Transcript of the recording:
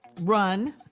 run